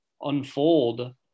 unfold